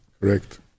Correct